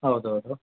ಹೌದು ಹೌದು